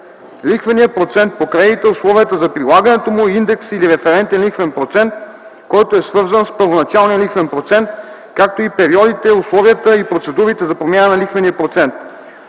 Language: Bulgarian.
лихвения процент по кредита, условията за прилагането му и индекс или референтен лихвен процент, който е свързан с първоначалния лихвен процент, както и периодите, условията и процедурите за промяна на лихвения процент;